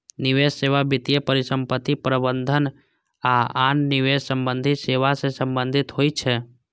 निवेश सेवा वित्तीय परिसंपत्ति प्रबंधन आ आन निवेश संबंधी सेवा सं संबंधित होइ छै